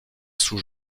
sous